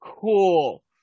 Cool